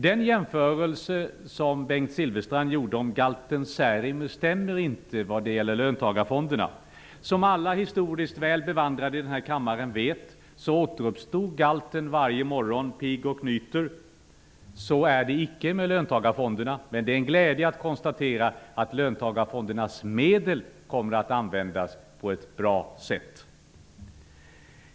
Den jämförelse som Bengt Silfverstrand gjorde om galten Särimner stämmer inte på löntagarfonderna. Som alla historiskt väl bevandrade personer i denna kammare vet, återuppstod galten varje morgon pigg och nyter. Så är icke fallet med löntagarfonderna. Men det är en glädje att konstatera att löntagarfondernas medel kommer att användas på ett bra sätt.